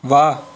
ਵਾਹ